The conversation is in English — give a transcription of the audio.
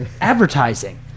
advertising